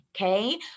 okay